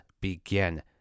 begin